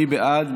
מי בעד?